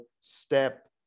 step